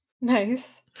Nice